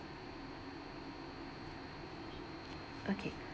okay